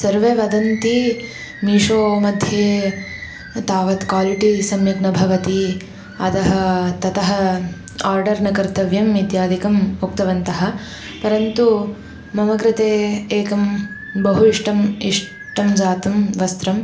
सर्वे वदन्ति मीशोमध्ये तावत् कोलिटि सम्यक् न भवति अतः ततः आर्डर् न कर्तव्यम् इत्यादिकम् उक्तवन्तः परन्तु मम कृते एकं बहु इष्टम् इष्टं जातं वस्त्रम्